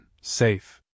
safe